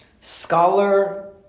Scholar